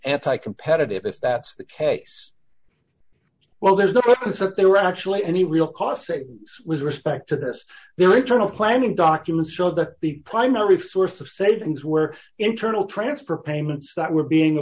anti competitive if that's the case well there's a purpose is there actually any real cost savings with respect to this their internal planning documents show that the primary source of savings were internal transfer payments that were being